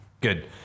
Good